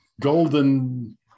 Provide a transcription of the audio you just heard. golden